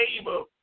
able